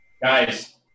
guys